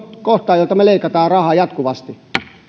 kohtaan joilta me leikkaamme rahaa jatkuvasti